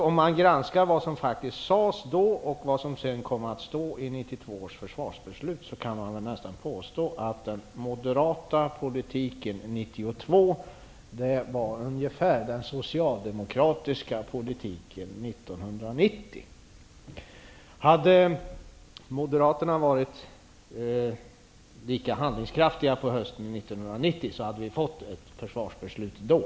Om man granskar vad som faktiskt sades då och vad som sedan kom att stå i 1992 års försvarsbeslut kan man nästan påstå att den moderata politiken 1992 ungefär var likadan som den socialdemokratiska politiken 1990. Om moderaterna hade varit lika handlingskraftiga på hösten 1990 hade vi fått ett försvarsbeslut då.